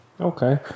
Okay